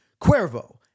Cuervo